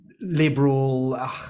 liberal